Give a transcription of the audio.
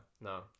no